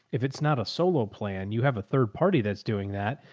if it's not a solo plan, you have a third party. that's doing that.